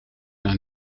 naar